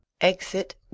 EXIT